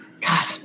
God